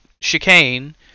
chicane